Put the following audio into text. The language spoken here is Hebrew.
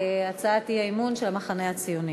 הצעת האי-אמון של המחנה הציוני.